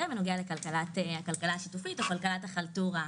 בנוגע לכלכלה השיתופית או לכלכלת החלטורה,